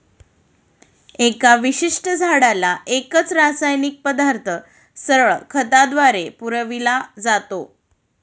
एका विशिष्ट झाडाला एकच रासायनिक पदार्थ सरळ खताद्वारे पुरविला जातो